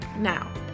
Now